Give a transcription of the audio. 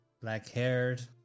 black-haired